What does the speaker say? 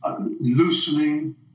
loosening